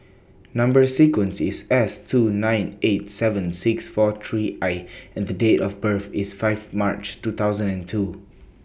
Number sequence IS S two nine eight seven six four three I and The Date of birth IS five March two thousand and two